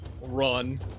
run